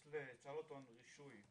יש לצ'רלטון רישוי.